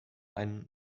einen